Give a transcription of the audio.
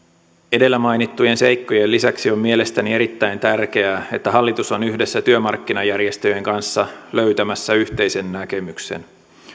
edellä mainittujen seikkojen lisäksi on mielestäni erittäin tärkeää että hallitus on yhdessä työmarkkinajärjestöjen kanssa löytämässä yhteisen näkemyksen